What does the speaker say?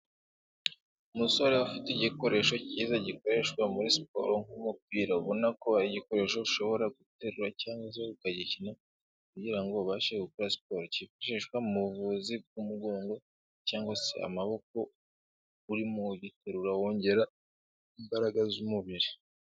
Umusore afite igikoresho cyiza gikoreshwa muri siporo nk'umupira, ubona ari igikoresho ushobora guterura cyangwa ukagikina kugira ngo ubashe gukora siporo kifashishwa mu buvuzi bw'umugongo cyangwa se amaboko urimo ugiterura wongera imbaraga z'umubiri.